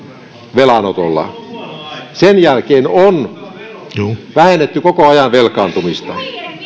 velanotolla sen jälkeen on vähennetty koko ajan velkaantumista